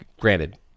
Granted